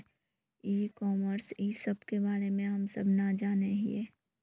ई commerce इस सब के बारे हम सब ना जाने हीये?